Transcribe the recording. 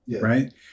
right